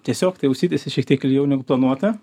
tiesiog tai užsitęsė šiek tiek ilgiau negu planuota